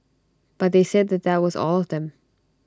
but they said that that was all of them